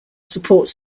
supports